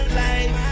life